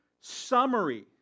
summary